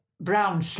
brown